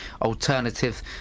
alternative